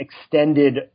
extended